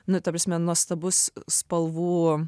nu ta prasme nuostabus spalvų